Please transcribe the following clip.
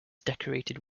decorated